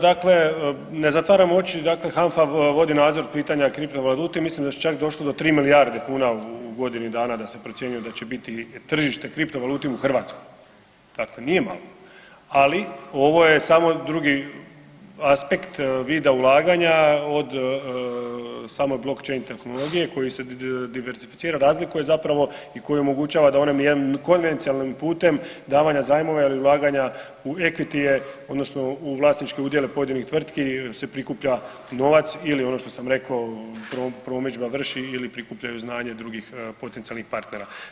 Dakle, ne zatvaram oči, dakle HANFA vodi nadzor pitanja kripto valuta i mislim da su čak došli do 3 milijarde kuna u godini dana da se procjenjuje da će biti tržište kripto valuti u Hrvatskoj, dakle nije malo, ali ovo je samo drugi aspekt vida ulaganja od same blockchain tehnologije koji se diversificira razlikuje zapravo i koji omogućava da onim jednim konvencionalnim davanja zajmova ili ulaganja u equity je odnosno u vlasničke udjele pojedinih tvrtki se prikuplja novac ili ono što sam rekao promidžba vrši ili prikupljaju znanje drugih potencijalnih partnera.